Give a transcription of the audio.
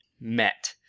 Met